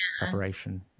preparation